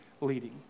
leading